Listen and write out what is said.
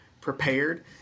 prepared